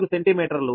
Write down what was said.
4 సెంటీమీటర్లు